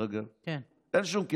דרך אגב.